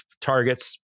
targets